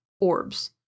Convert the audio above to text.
orbs